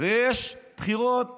ויש בחירות לפרלמנט.